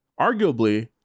Arguably